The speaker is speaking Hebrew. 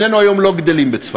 שנינו היום לא גדלים בצפת.